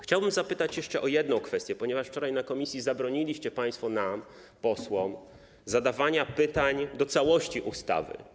Chciałbym zapytać jeszcze o jedną kwestię, ponieważ wczoraj na komisji zabroniliście państwo nam, posłom zadawania pytań do całości ustawy.